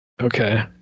Okay